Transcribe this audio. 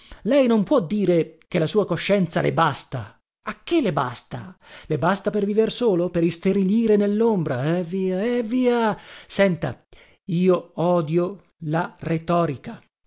lei non può dire che la sua coscienza le basta a che le basta le basta per viver solo per isterilire nellombra eh via eh via senta io odio la retorica